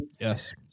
Yes